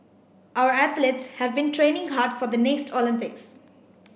our athletes have been training hard for the next Olympics